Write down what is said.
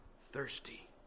thirsty